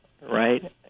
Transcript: right